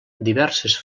diverses